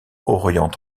orient